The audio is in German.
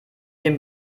dem